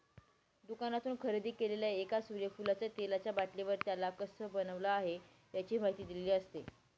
दुकानातून खरेदी केलेल्या एका सूर्यफुलाच्या तेलाचा बाटलीवर, त्याला कसं बनवलं आहे, याची माहिती दिलेली असते